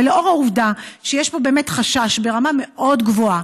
ולנוכח העובדה שיש פה באמת חשש ברמה מאוד גבוהה,